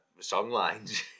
songlines